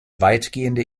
weitgehende